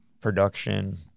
Production